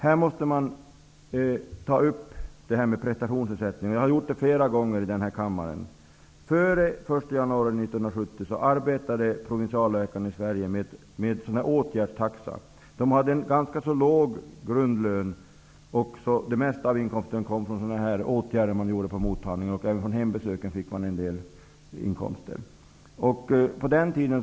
Vi måste ta upp detta med prestationsersättning. Jag har gjort det flera gånger i den här kammaren. Före den 1 januari 1970 arbetade provinsialläkarna i Sverige med en åtgärdstaxa. De hade en ganska låg grundlön. Det mesta av inkomsten kom från åtgärder man gjorde på mottagningen. Man fick även en del inkomster från hembesöken.